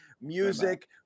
Music